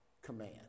command